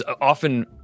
often